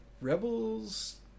Rebels